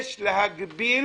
יש להגביל